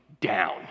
down